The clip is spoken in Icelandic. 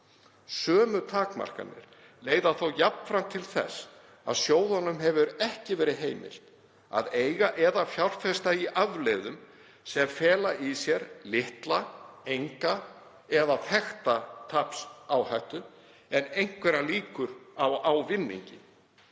Sömu takmarkanir leiða þó jafnframt til þess að sjóðunum hefur ekki verið heimilt að eiga eða fjárfesta í afleiðum sem fela í sér litla og þekkta tapsáhættu en einhverjar líkur á ávinningi.